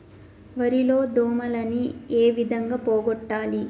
వరి లో దోమలని ఏ విధంగా పోగొట్టాలి?